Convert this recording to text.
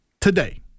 today